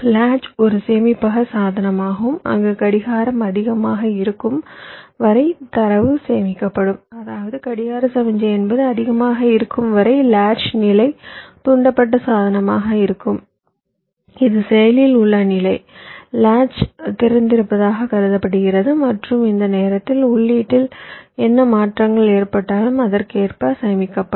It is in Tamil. லாட்ச் ஒரு சேமிப்பக சாதனமாகும் அங்கு கடிகாரம் அதிகமாக இருக்கும் வரை தரவு சேமிக்கப்படும் அதாவது கடிகார சமிக்ஞை என்பது அதிகமாக இருக்கும் வரை லாட்ச் நிலை தூண்டப்பட்ட சாதனமாக இருக்கும் இது செயலில் உள்ள நிலை லாட்ச் திறந்திருப்பதாக கருதப்படுகிறது மற்றும் இந்த நேரத்தில் உள்ளீட்டில் என்ன மாற்றங்கள் ஏற்பட்டாலும் அதற்கேற்ப சேமிக்கப்படும்